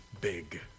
big